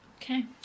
Okay